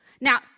Now